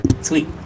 Sweet